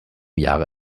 jahre